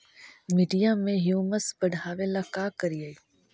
मिट्टियां में ह्यूमस बढ़ाबेला का करिए?